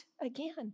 again